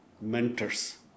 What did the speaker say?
mentors